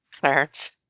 Clarence